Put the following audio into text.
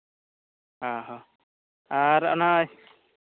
ᱦᱮᱸ ᱦᱮᱸ ᱟᱨ ᱚᱱᱟ